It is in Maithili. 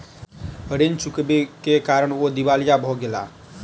ऋण चुकबै के कारण ओ दिवालिया भ गेला